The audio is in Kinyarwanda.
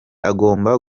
agomba